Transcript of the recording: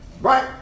Right